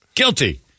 Guilty